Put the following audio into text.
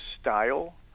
style